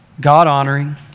God-honoring